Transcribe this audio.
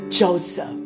Joseph